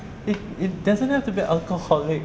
it it doesn't have to be alcoholic